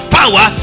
power